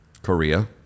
Korea